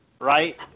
Right